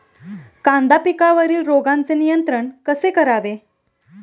कांदा पिकावरील रोगांचे नियंत्रण कसे करावे?